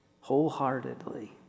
Wholeheartedly